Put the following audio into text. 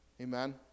Amen